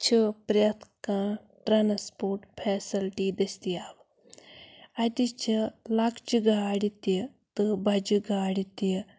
چھِ پرٛٮ۪تھ کانٛہہ ٹرٛانَسپورٹ فیسَلٹی دٔستِیاب اَتہِ چھِ لۄکچہِ گاڑِ تہِ تہٕ بَجہِ گاڑِ تہِ